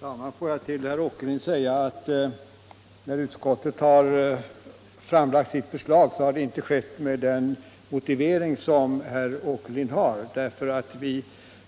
Herr talman! Får jag till herr Åkerlind säga att när utskottet har framlagt sitt förslag så har det inte skett med den motivering som herr Åkerlind anför. Vi